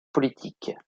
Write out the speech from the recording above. politique